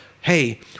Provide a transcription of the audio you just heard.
hey